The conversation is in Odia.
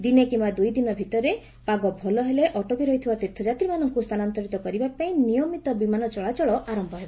ଦିନେ କିମ୍ବା ଦୁଇଦିନ ଭିତରେ ପାଗ ଭଲହେଲେ ଅଟକି ରହିଥିବା ତୀର୍ଥଯାତ୍ରୀମାନଙ୍କୁ ସ୍ଥାନାନ୍ତରିତ କରିବା ପାଇଁ ନିୟମିତ ବିମାନ ଚଳାଚଳ ଆରମ୍ଭ ହେବ